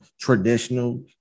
traditional